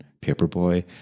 Paperboy